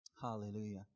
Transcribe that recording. Hallelujah